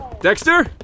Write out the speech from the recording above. Dexter